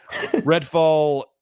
Redfall